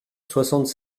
soixante